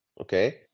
okay